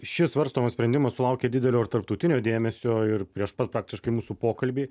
šis svarstomas sprendimas sulaukė didelio ir tarptautinio dėmesio ir prieš pat praktiškai mūsų pokalbį